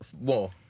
War